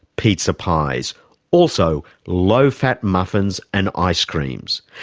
pizza pies also, low-fat muffins and ice creams.